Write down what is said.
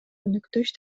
өнөктөш